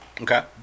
Okay